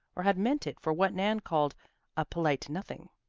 or had meant it for what nan called a polite nothing?